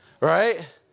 right